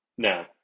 now